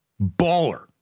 baller